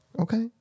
Okay